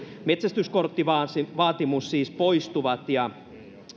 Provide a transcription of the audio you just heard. metsästyskorttivaatimus siis poistuu ja